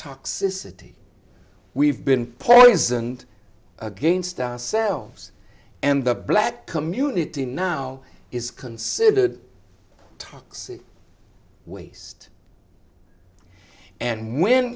toxicity we've been poisoned against ourselves and the black community now is considered toxic waste and when